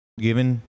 given